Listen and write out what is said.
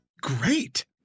great